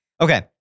Okay